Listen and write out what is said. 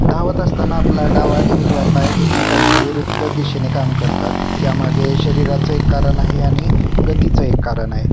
धावत असताना आपला डावा आणि उजवा पाय एकमेकांच्या विरुद्ध दिशेने काम करतात यामागे शरीराचं एक कारण आहे आणि गतीचं एक कारण आहे